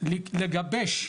לגבש לממשלה,